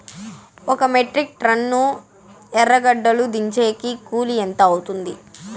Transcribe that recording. ఒక metric ton ఎర్రగడ్డలు దించేకి కూలి ఎంత అవుతుంది?